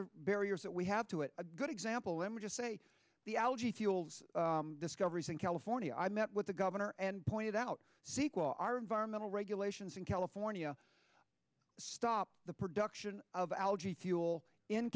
or barriers that we have to it a good example let me just say the algae fuels discoveries in california i met with the governor and pointed out sequel our environmental regulations in california stop the production of algae fuel in